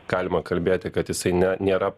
galima kalbėti kad jisai ne nėra